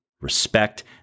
respect